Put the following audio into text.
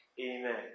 Amen